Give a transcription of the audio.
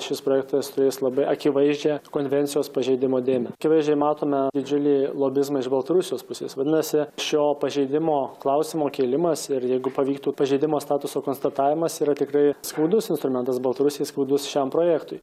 šis projektas turės labai akivaizdžią konvencijos pažeidimo dėmę akivaizdžiai matome didžiulį lobizmą iš baltarusijos pusės vadinasi šio pažeidimo klausimo kėlimas ir jeigu pavyktų pažeidimo statuso konstatavimas yra tikrai skaudus instrumentas baltarusijai skaudus šiam projektui